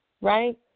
Right